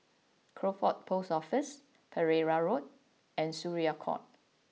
Crawford Post Office Pereira Road and Syariah Court